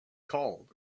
called